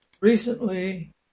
recently